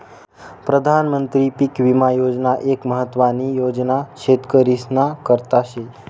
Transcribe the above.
प्रधानमंत्री पीक विमा योजना एक महत्वानी योजना शेतकरीस्ना करता शे